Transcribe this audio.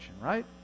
right